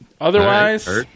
Otherwise